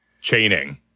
chaining